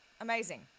amazing